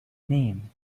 name